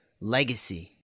Legacy